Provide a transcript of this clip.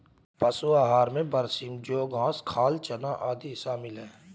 पशु आहार में बरसीम जौं घास खाल चना आदि शामिल है